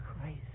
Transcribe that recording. Christ